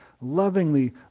lovingly